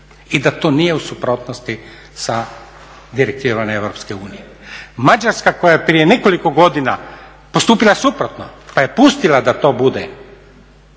i da to nije u suprotnosti sa direktivom EU. Mađarska koja je prije nekoliko godina postupila suprotno pa je pustila da to bude